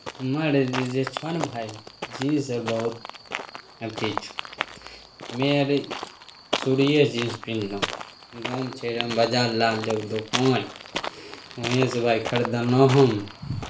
हमर जे जे छौ ने भाय जींस आर बहुत अथि छौ हमे आर शुरुएसँ जींस पिन्हलहुँ गाँवमे छै राम बाजार लग दोकान वहिँएसँ भाय खरीदलहुँ हन